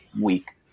week